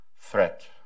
threat